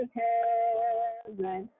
heaven